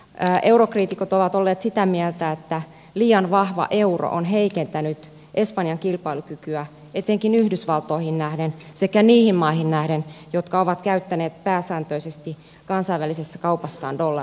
eurokriitikot ovat olleet sitä mieltä että liian vahva euro on heikentänyt espanjan kilpailukykyä etenkin yhdysvaltoihin nähden sekä niihin maihin nähden jotka ovat käyttäneet pääsääntöisesti kansainvälisessä kaupassaan dollareita